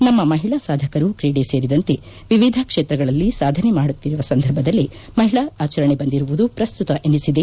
ನಮ್ಮ ಮಹಿಳಾ ಸಾಧಕರು ಕ್ರೀಡೆ ಸೇರಿದಂತೆ ವಿವಿಧ ಕ್ಷೇತ್ರಗಳಲ್ಲಿ ಸಾಧನೆ ಮಾಡುತ್ತಿರುವ ಸಂದರ್ಭದಲ್ಲೇ ಮಹಿಳಾ ಆಚರಣೆ ಬಂದಿರುವುದು ಪ್ರಸ್ತುತ ಎನಿಸಿದೆ